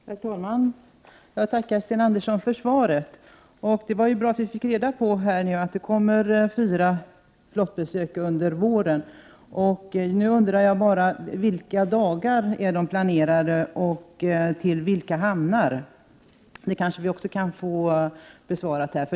Herr talman! Jag tackar Sten Andersson för svaret. Det var bra att vi fick reda på att vi får fyra flottbesök under våren. Nu undrar jag bara: Till vilka dagar är dessa besök planerade och till vilka hamnar kommer fartygen? De frågorna kanske vi också kan få besvarade här.